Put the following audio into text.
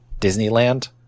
Disneyland